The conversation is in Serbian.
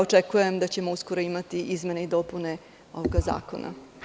Očekujem da ćemo uskoro imati izmene i dopune ovog zakona.